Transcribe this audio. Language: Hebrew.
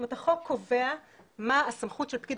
זאת אומרת החוק קובע מה הסמכות של פקיד